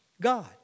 God